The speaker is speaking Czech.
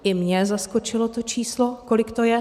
I mě zaskočilo to číslo, kolik to je.